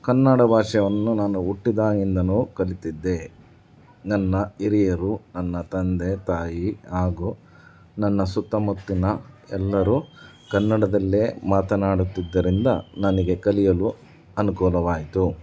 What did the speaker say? ಕನ್ನಡ ಭಾಷೆಯನ್ನು ನಾನು ಹುಟ್ಟಿದಾಗಿಂದನೂ ಕಲಿತಿದ್ದೆ ನನ್ನ ಹಿರಿಯರು ನನ್ನ ತಂದೆ ತಾಯಿ ಹಾಗೂ ನನ್ನ ಸುತ್ತ ಮುತ್ತಿನ ಎಲ್ಲರೂ ಕನ್ನಡದಲ್ಲೇ ಮಾತನಾಡುತ್ತಿದ್ದರಿಂದ ನನಗೆ ಕಲಿಯಲು ಅನುಕೂಲವಾಯಿತು